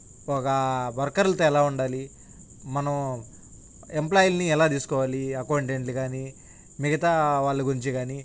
ఒక వర్కర్లతో ఎలా ఉండాలి మనం ఎంప్లాయిలని ఎలా తీసుకోవాలి అకౌంటెంట్లు కానీ మిగతా వాళ్ళ గురించి కానీ